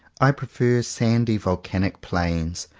i prefer sandy vol canic plains,